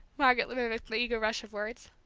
margaret mimicked the eager rush of words.